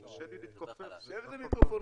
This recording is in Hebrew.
וכו',